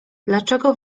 dlaczego